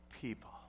people